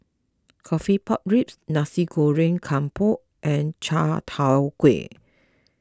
Coffee Pork Ribs Nasi Goreng Kampung and Chai Tow Kuay